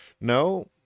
No